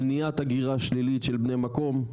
למניעת הגירה שלילית של בני מקום,